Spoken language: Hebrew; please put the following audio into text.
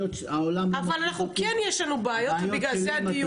אבל אנחנו כן יש לנו בעיות ובגלל זה הדיון.